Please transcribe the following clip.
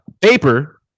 paper